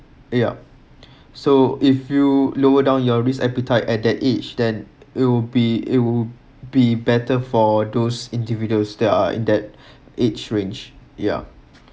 yup so if you lower down your risk appetite at that age then it will be it will be better for those individuals that are in that age range ya